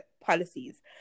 policies